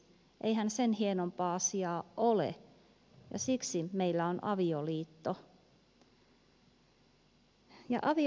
eihän sen hienompaa asiaa ole ja siksi meillä on avioliitto